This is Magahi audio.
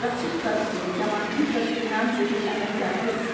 सुरक्षित कर्ज के जमानती कर्ज के नाम से भी जानल जाहई